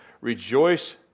Rejoice